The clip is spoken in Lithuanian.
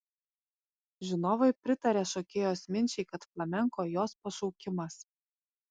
žinovai pritaria šokėjos minčiai kad flamenko jos pašaukimas